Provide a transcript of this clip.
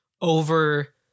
over